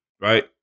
right